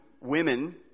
women